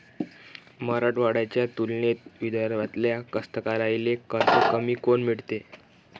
मराठवाड्याच्या तुलनेत विदर्भातल्या कास्तकाराइले कर्ज कमी काऊन मिळते?